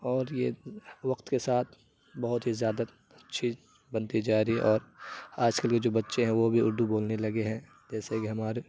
اور یہ وقت کے ساتھ بہت ہی زیادہ اچھی بنتی جا رہی ہے اور آج کل یہ جو بچے ہیں وہ بھی اردو بولنے لگے ہیں جیسے کہ ہمارے